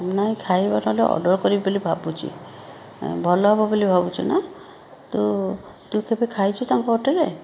ନାହିଁ ଖାଇବାଟା ଅର୍ଡ଼ର୍ କରିବି ବୋଲି ଭାବୁଛି ଭଲ ହେବ ବୋଲି ଭାବୁଛୁନା ତୁ ତୁ କେବେ ଖାଇଛୁ ତାଙ୍କ ହୋଟେଲ୍ରେ